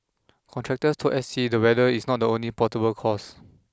contractors told S T the weather is not the only portable cause